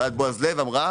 ועדת בועז לב אמרה